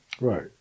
Right